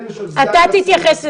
אתה תתייחס לזה.